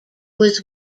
was